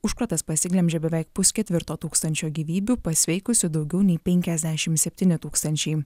užkratas pasiglemžė beveik pusketvirto tūkstančio gyvybių pasveikusių daugiau nei penkiasdešimt septyni tūkstančiai